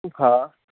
हा